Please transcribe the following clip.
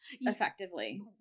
effectively